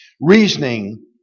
Reasoning